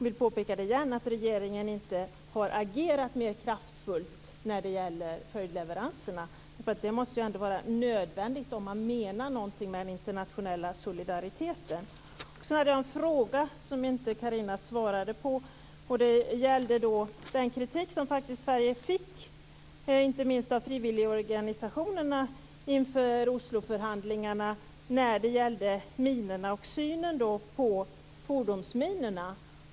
Regeringen har inte agerat kraftfullt mot följdleveranserna. Det måste vara nödvändigt om man menar någonting med den internationella solidariteten. Jag hade en fråga som Carina Hägg inte svarade på. Den gällde den kritik som Sverige fick inte minst av frivilligorganisationerna inför Osloförhandlingarna och synen på fordonsminorna.